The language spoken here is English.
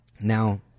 Now